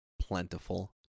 Plentiful